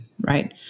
right